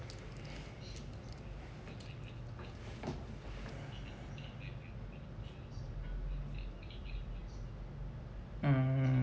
mm